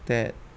that